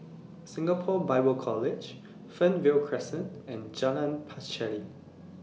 Singapore Bible College Fernvale Crescent and Jalan Pacheli